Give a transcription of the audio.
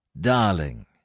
Darling